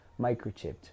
microchipped